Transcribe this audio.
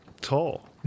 Tall